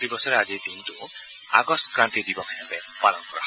প্ৰতি বছৰে আজিৰ দিনটো আগষ্ট ক্ৰান্তি দিৱস হিচাপে পালন কৰা হয়